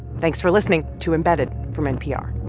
thanks for listening to embedded from npr